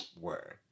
Word